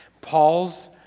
Paul's